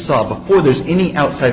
saw before there's any outside